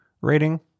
rating